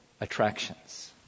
attractions